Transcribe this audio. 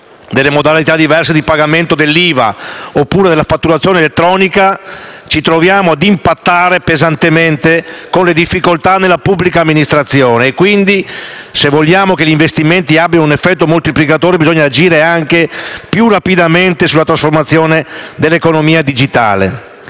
delle modalità diverse di pagamento dell'IVA della fatturazione elettronica, ci troviamo a impattare pesantemente con le difficoltà nella pubblica amministrazione. Quindi, se vogliamo che gli investimenti abbiano un effetto moltiplicatore, bisogna agire anche più rapidamente sulla trasformazione dell'economia digitale.